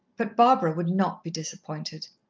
but barbara would not be disappointed.